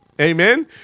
Amen